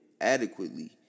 adequately